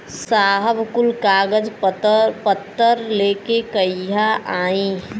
साहब कुल कागज पतर लेके कहिया आई?